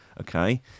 okay